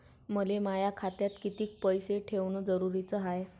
मले माया खात्यात कितीक पैसे ठेवण जरुरीच हाय?